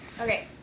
Okay